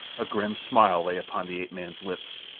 a grim smile lay upon the ape-man's lips,